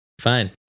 fine